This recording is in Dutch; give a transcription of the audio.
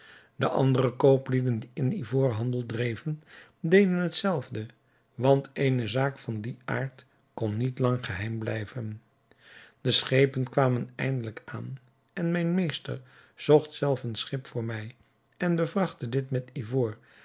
de andere kooplieden die in ivoor handel dreven deden hetzelfde want eene zaak van dien aard kon niet lang geheim blijven de schepen kwamen eindelijk aan en mijn meester zocht zelf een schip voor mij en bevrachtte dit met ivoor